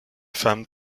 femmes